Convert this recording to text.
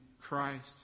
Christ